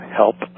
help